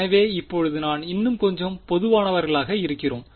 எனவே இப்போது நாம் இன்னும் கொஞ்சம் பொதுவானவர்களாக இருக்கிறோம்